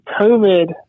COVID